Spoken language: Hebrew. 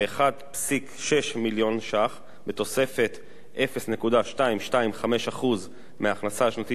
ו-1.6 מיליון ש"ח בתוספת 0.225% מההכנסה השנתית